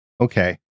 Okay